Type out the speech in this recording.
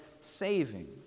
saving